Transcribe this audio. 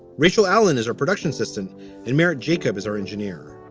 rachel allen is our production assistant in merrick. jacob is our engineer.